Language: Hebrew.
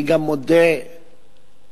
אני גם מודה באשמה,